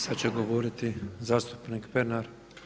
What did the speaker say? Sada će govoriti zastupnik Pernar.